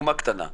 דוגמה קטנה.